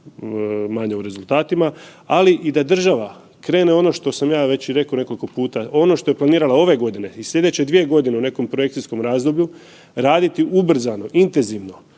manja u rezultatima, ali i da država krene ono što sam ja već i rekao nekoliko puta, ono što je planirala ove godine i slijedeće dvije godine u nekom projekcijskom razdoblju, raditi ubrzano, intenzivno